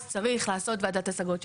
אז צריך לעשות ועדת השגות.